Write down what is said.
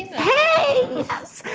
hey, yes!